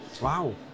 Wow